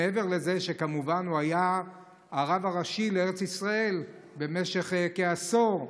מעבר לזה שכמובן הוא היה הרב הראשי לארץ ישראל במשך כעשור,